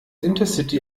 intercity